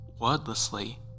wordlessly